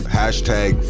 hashtag